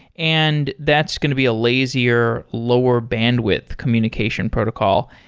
and that's going to be a lazier, lower bandwidth communication protocol.